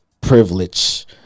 privilege